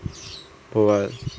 for what